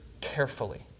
carefully